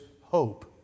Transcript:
hope